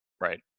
right